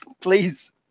Please